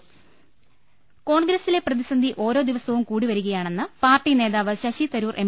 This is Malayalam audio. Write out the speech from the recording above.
രുടെട്ടിടു കോൺഗ്രസിലെ പ്രതിസന്ധി ഓരോ ദിവസവും കൂടിവരികയാണെന്ന് പാർട്ടി നേതാവ് ശശി തരൂർ എം